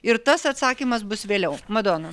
ir tas atsakymas bus vėliau madona